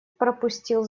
пропустил